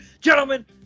Gentlemen